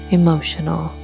emotional